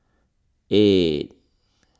eight